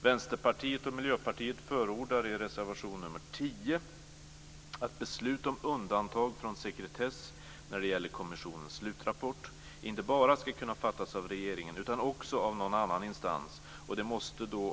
Vänsterpartiet och Miljöpartiet förordar i reservation nr 10 att beslut om undantag från sekretess när det gäller kommissionens slutrapport ska kunna fattas inte bara av regeringen utan också av någon annan instans.